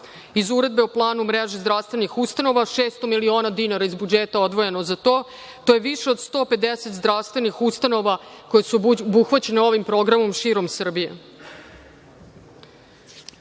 Iz Uredbe o planu mreže zdravstvenih ustanova 600 miliona dinara iz budžeta odvojeno za to, to je više od 150 zdravstvenih ustanova koje su obuhvaćene ovim programom širom Srbije.O